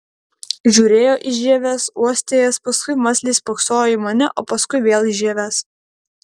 žiūrėjo į žieves uostė jas paskui mąsliai spoksojo į mane o paskui vėl į žieves